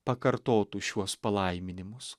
pakartotų šiuos palaiminimus